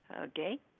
Okay